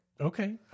Okay